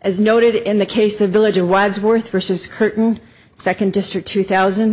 as noted in the case of diligent wives worth persons curtain second district two thousand